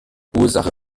ursache